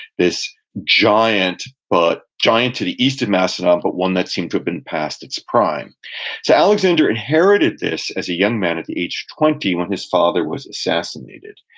this giant, but, giant to the east of macedon, but one that seemed to have been past its prime so alexander inherited this as a young man, at the age of twenty, when his father was assassinated,